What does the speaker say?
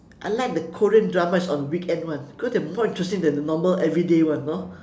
I like the korean dramas on the weekend [one] because they are more interesting than normal everyday one you know